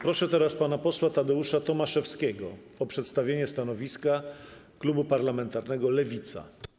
Proszę teraz pana posła Tadeusza Tomaszewskiego o przedstawienie stanowiska klubu parlamentarnego Lewica.